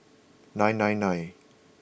nine nine nine